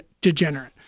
degenerate